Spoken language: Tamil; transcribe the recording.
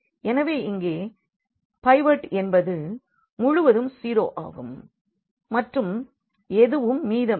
எனவே இங்கே பைவோட் என்பது முழுவதும் 0 ஆகும் மற்றும் எதுவும் மீதம் இல்லை